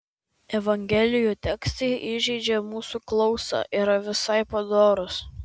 evangelijų tekstai įžeidžią mūsų klausą yra visai padorūs